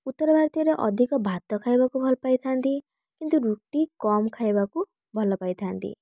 ଉତ୍ତର ଭାରତୀୟରେ ଅଧିକ ଭାତ ଖାଇବାକୁ ଭଲ ପାଇଥାନ୍ତି କିନ୍ତୁ ରୁଟି କମ୍ ଖାଇବାକୁ ଭଲ ପାଇଥାନ୍ତି